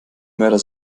mörder